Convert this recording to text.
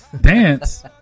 Dance